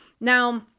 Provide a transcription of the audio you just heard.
Now